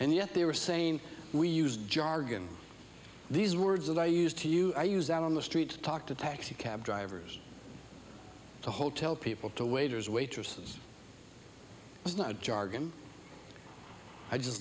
and yet they were saying we use jargon these words that i use to you i use them on the street talk to taxi cab drivers to hotel people to waiters waitresses is not jargon i just